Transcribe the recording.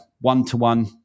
one-to-one